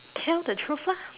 tell the truth lah